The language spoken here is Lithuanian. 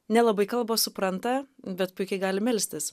nelabai kalbą supranta bet puikiai gali melstis